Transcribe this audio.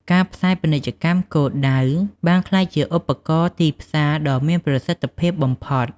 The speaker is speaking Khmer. ការផ្សាយពាណិជ្ជកម្មគោលដៅ បានក្លាយជាឧបករណ៍ទីផ្សារដ៏មានប្រសិទ្ធភាពបំផុត។